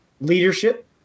leadership